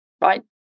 right